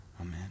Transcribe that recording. Amen